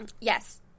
yes